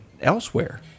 elsewhere